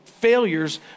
failures